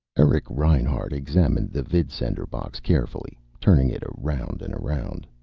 eric reinhart examined the vidsender box carefully, turning it around and around.